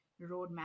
roadmap